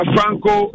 Franco